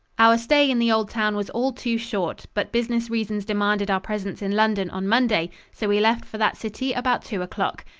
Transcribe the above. our stay in the old town was all too short, but business reasons demanded our presence in london on monday, so we left for that city about two o'clock.